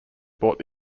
bought